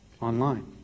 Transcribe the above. online